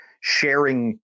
sharing